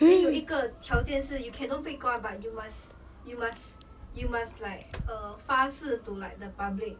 then 有一个条件是 you can don't 被关 but you must you must you must like uh 发誓 to like the public